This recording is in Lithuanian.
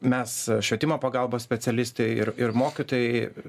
mes švietimo pagalbos specialistai ir ir mokytojai